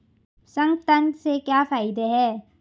संगठन के क्या फायदें हैं?